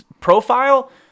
Profile